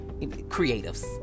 creatives